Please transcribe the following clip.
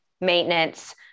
maintenance